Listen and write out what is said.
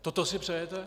Toto si přejete?